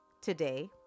Today